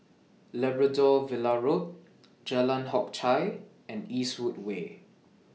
Labrador Villa Road Jalan Hock Chye and Eastwood Way